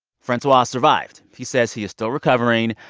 fransua survived. he says he is still recovering,